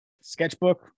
Sketchbook